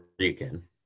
again